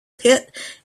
pit